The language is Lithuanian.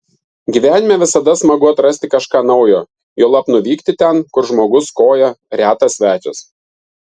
gyvenime visada smagu atrasti kažką naujo juolab nuvykti ten kur žmogus koja retas svečias